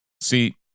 see